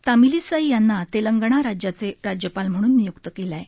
तामिलीसाई यांना तेलंगणा राज्याचे राज्यपाल म्हणून नियुक्त केलं आहे